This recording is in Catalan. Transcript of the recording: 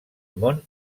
món